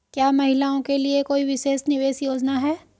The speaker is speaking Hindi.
क्या महिलाओं के लिए कोई विशेष निवेश योजना है?